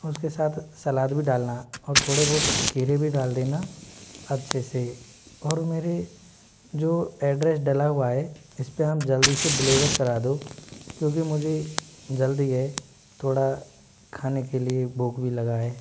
उसके साथ सलाद भी डालना और थोड़े बहुत खीरे भी डाल देना अच्छे से और मेरे जो एड्रेस डला हुआ है इस पे हम जल्दी से डिलीवर करा दो क्योंकि मुझे जल्दी है थोड़ा खाने के लिए भूख भी लगा है